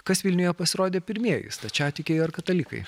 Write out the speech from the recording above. kas vilniuje pasirodė pirmieji stačiatikiai ar katalikai